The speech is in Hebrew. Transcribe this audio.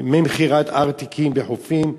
ממכירת ארטיקים בחופים,